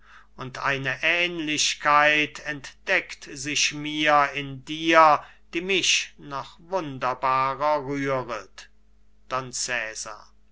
und eine ähnlichkeit entdeckt sich mir in dir die mich noch wunderbarer rühret